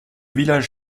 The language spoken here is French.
village